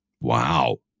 Wow